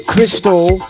Crystal